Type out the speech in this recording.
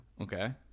Okay